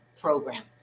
Program